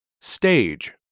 stage